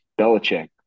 Belichick